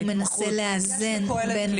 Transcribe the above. יש ב"קהלת"